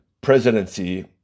presidency